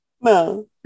no